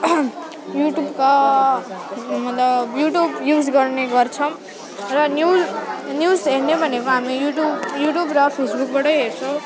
युट्युबका मतलब YouTube use गर्ने गर्छौँ र न्युज न्युज हेर्ने भनेको हामी युट्युब युट्युब र फेसबुकबाटै हेर्छौँ